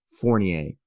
fournier